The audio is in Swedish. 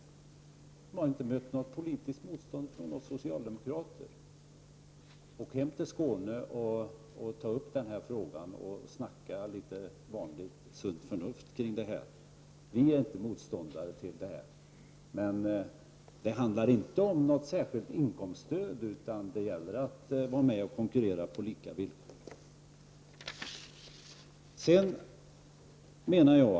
Den gruppen har inte mött något politiskt motstånd från oss socialdemokrater. Nej, åk hem till Skåne, Ingvar Eriksson, och tala med litet vanligt sunt förnuft kring detta! Vi är inte motståndare till markägares engagemang i naturvårdsobjekt, men det handlar inte om ett särskilt inkomststöd, utan det gäller att vara med och konkurrera på lika villkor.